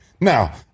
Now